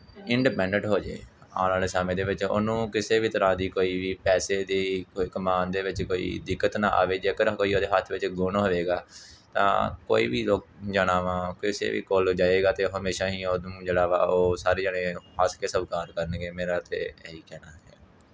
independent ਹੋ ਜਾਏ ਆਉਣ ਵਾਲੇ ਸਮੇਂ ਦੇ ਵਿੱਚ ਉਹਨੂੰ ਕਿਸੇ ਵੀ ਤਰ੍ਹਾਂ ਦੀ ਕੋਈ ਵੀ ਪੈਸੇ ਦੀ ਕੋਈ ਕਮਾਉਣ ਦੇ ਵਿੱਚ ਕੋਈ ਦਿੱਕਤ ਨਾ ਆਵੇ ਜੇਕਰ ਕੋਈ ਉਹਦੇ ਹੱਥ ਵਿੱਚ ਗੁਣ ਹੋਵੇਗਾ ਤਾਂ ਕੋਈ ਵੀ ਲੋਕ ਜਾਣਾ ਵਾ ਕਿਸੇ ਵੀ ਕਾਲਜ ਜਾਏਗਾ ਤਾਂ ਹਮੇਸ਼ਾ ਹੀ ਉਹਨੂੰ ਜਿਹੜਾ ਵਾ ਉਹ ਸਾਰੇ ਜਣੇ ਹੱਸ ਕੇ ਸਵੀਕਾਰ ਕਰਨਗੇ ਮੇਰਾ ਤਾਂ ਇਹੀ ਕਹਿਣਾ ਹੈ